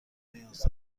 نیاز